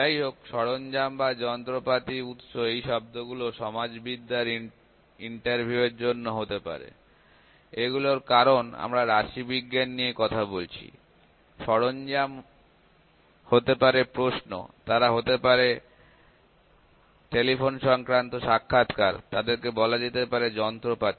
যাইহোক সরঞ্জাম যন্ত্রপাতি উৎস এই শব্দগুলো সমাজবিদ্যার ইন্টারভিউয়ের জন্য ব্যবহার হতে পারে এগুলোর কারণ আমরা রাশিবিজ্ঞান নিয়ে কথা বলছি সরঞ্জাম হতে পারে প্রশ্ন তারা হতে পারে টেলিফোন সংক্রান্ত সাক্ষাৎকার তাদেরকে বলা যেতে পারে যন্ত্রপাতি